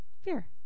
Fear